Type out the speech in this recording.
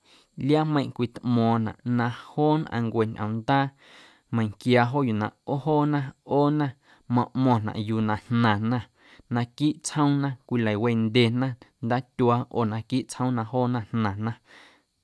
Liaameiⁿꞌ cwitꞌmo̱o̱naꞌ na joo nnꞌaⁿncue ñꞌomndaa meiⁿquia joo yuu na ꞌoo joona ꞌoona maꞌmo̱ⁿnaꞌ yuu na jnaⁿna naquiiꞌ tsjoomna cwilawendyena ndatyuaa oo naquiiꞌ tsjoom na joona jnaⁿna.